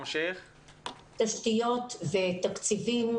תשתיות ותקציבים.